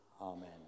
Amen